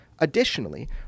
Additionally